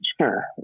sure